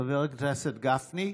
חבר הכנסת גפני,